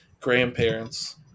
grandparents